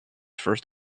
first